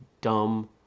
dumb